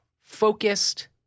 focused